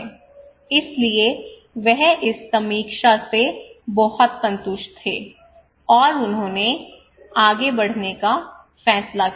इसलिए वह इस समीक्षा से बहुत संतुष्ट थे और उन्होंने आगे बढ़ने का फैसला किया